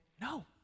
No